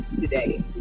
today